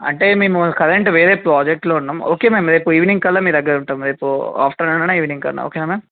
అంటే మేము కరెంటు వేరే ప్రాజెక్ట్లో ఉన్నాం ఒకే మ్యామ్ రేపు ఈవినింగ్ కల్లా మీ దగ్గర ఉంటాం రేపు ఆఫ్టర్నూన్ అయినా ఈవినింగ్ కన్నా ఒకేనా మ్యామ్